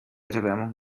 erderwärmung